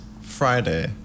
Friday